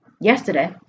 yesterday